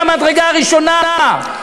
מהמדרגה הראשונה.